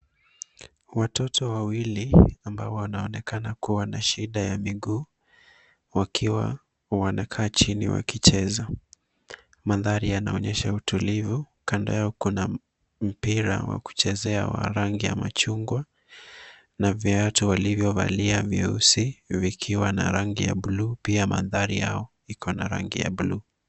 Watoto wawili ambao wanaonekana kuwa na shida ya miguu wakiwa wanakaa chini wakicheza. Mandhari yanaonyesha utulivu. Kando yao kuna mpira wa kuchezea wa rangi ya machungwa na viatu walivyovalia vyeusi vikiwa na rangi ya bluu. Pia mandhari yao iko na rangi ya bluu.